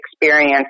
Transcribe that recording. experience